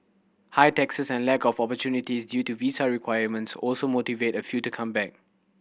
high taxes and lack of opportunities due to visa requirements also motivate a few to come back